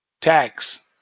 tax